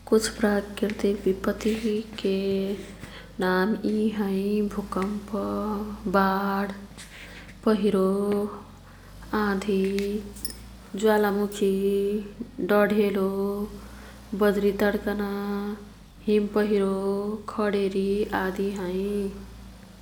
कुछ प्राकृतिक विपतिके नाम यी हैं। भूकम्प, बाढ, पहिरो, आँधी, ज्वालामुखी, डढेलो, बद्रि तड्कना, हिमपहिरो, खडेरी आदि हैं।